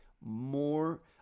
more